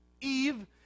Eve